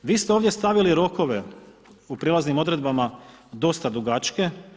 Vi ste ovdje stavili rokove u prijelaznim odredbama dosta dugačke.